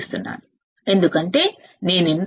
కాబట్టి input offset voltage అంటే ఏమిటి